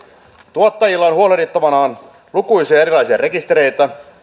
tuottajilla on huolehdittavanaan lukuisia erilaisia rekistereitä